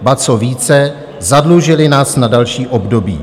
Ba co více, zadlužily nás na další období.